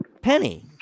penny